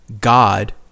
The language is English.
God